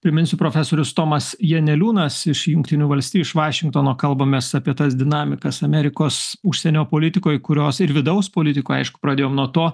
priminsiu profesorius tomas janeliūnas iš jungtinių valstijų iš vašingtono kalbamės apie tas dinamikas amerikos užsienio politikoj kurios ir vidaus politikoj aišku pradėjom nuo to